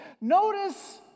Notice